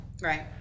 Right